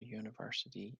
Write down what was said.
university